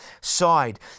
side